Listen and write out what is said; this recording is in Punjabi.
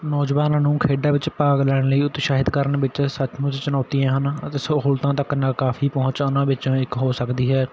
ਨੌਜਵਾਨਾਂ ਨੂੰ ਖੇਡਾਂ ਵਿੱਚ ਭਾਗ ਲੈਣ ਲਈ ਉਤਸ਼ਾਹਿਤ ਕਰਨ ਵਿੱਚ ਸੱਚ ਮੁੱਚ ਚੁਣੌਤੀਆਂ ਹਨ ਅਤੇ ਸਹੂਲਤਾਂ ਤੱਕ ਨਾ ਕਾਫ਼ੀ ਪਹੁੰਚਾਂ ਉਹਨਾਂ ਵਿੱਚੋਂ ਇੱਕ ਹੋ ਸਕਦੀ ਹੈ